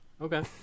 Okay